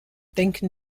denken